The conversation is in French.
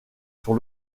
sur